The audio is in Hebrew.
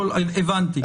הבנתי.